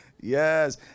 yes